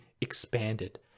expanded